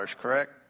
correct